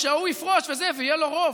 שההוא יפרוש ויהיה לו רוב.